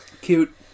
Cute